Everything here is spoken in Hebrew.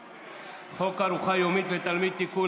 חוק ארוחה יומית לתלמיד (תיקון,